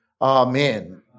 amen